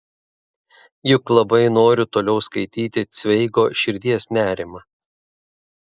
juk labai noriu toliau skaityti cveigo širdies nerimą